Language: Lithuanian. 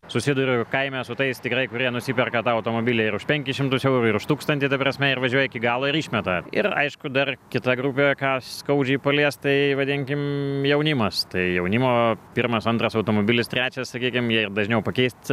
susiduriu kaime su tais tikrai kurie nusiperka tą automobilį ir už penkis šimtus eurų ir už tūkstantį ta prasme ir važiuoja iki galo ir išmeta ir aišku dar kita grupė ką skaudžiai palies tai vadinkim jaunimas tai jaunimo pirmas antras automobilis trečias sakykim jie ir dažniau pakeist